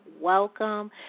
welcome